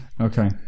Okay